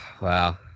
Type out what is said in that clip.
wow